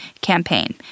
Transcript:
campaign